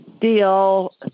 deal